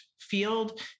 field